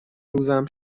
روزم